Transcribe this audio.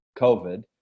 COVID